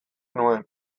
nuen